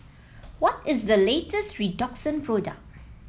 what is the latest Redoxon product